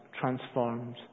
transformed